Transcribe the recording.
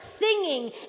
singing